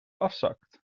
afzakt